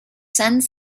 sends